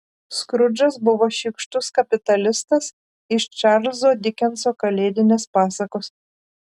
skrudžas buvo šykštus kapitalistas iš čarlzo dikenso kalėdinės pasakos